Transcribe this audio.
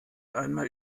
einmal